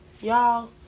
Y'all